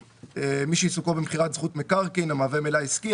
מי שעיסוקו במכירת זכות מקרקעין המהווה מלאי עסקי.